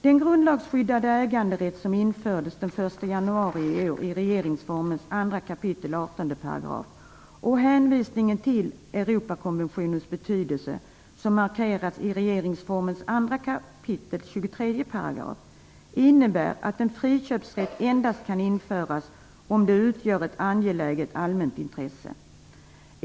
Den grundlagsskyddade äganderätt som infördes den 1 januari i år i 2 kap. 18 § regeringsformen och hänvisningen till Europakonventionens betydelse, som markerats i 2 kap. 23 § regeringsformen, innebär att en friköpsrätt endast kan införas om det utgör ett angeläget allmänt intresse.